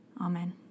Amen